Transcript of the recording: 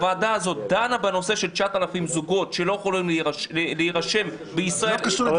שדנה בנושא של 9,000 זוגות שלא יכולים להירשם בישראל --- מה קשור?